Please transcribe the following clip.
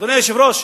אדוני היושב-ראש,